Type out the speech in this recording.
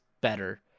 better